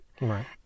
Right